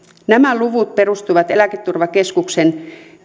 nämä luvut perustuivat eläketurvakeskuksen